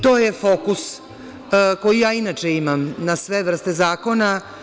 To je fokus koji ja inače imam na sve vrste zakona.